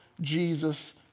Jesus